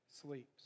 sleeps